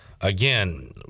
Again